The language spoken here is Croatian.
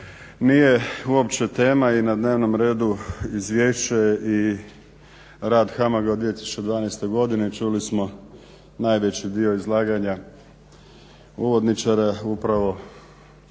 nije uopće tema i na dnevnom redu izvješće i rad HAMAG-a od 2012. godine čuli smo najveći dio izlaganja uvodničara. Upravo